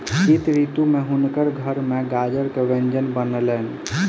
शीत ऋतू में हुनकर घर में गाजर के व्यंजन बनलैन